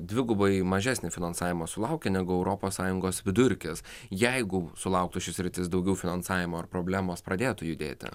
dvigubai mažesnio finansavimo sulaukia negu europos sąjungos vidurkis jeigu sulauktų ši sritis daugiau finansavimo ar problemos pradėtų judėti